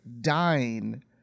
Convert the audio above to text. dying